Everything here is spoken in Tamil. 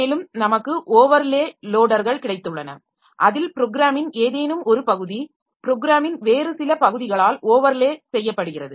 மேலும் நமக்கு ஒவர்லே லோடர்கள் கிடைத்துள்ளன அதில் ப்ரோக்ராமின் ஏதேனும் ஒரு பகுதி ப்ரோக்ராமின் வேறு சில பகுதிகளால் ஒவர்லே செய்யப்படுகிறது